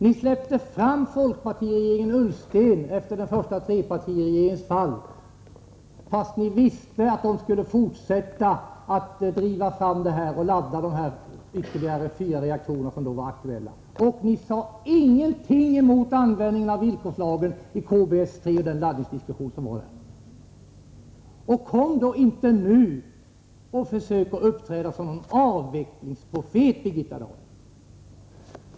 Ni släppte fram folkpartiregeringen Ullsten efter den första trepartiregeringens fall, fastän ni visste att den skulle ladda de ytterligare fyra reaktorer som då var aktuella. Ni sade ingenting mot användandet av villkorslagen i den laddningsdiskussion som fördes i anslutning till KBS 3. Kom då inte nu och uppträd som någon avvecklingsprofet, Birgitta Dahl!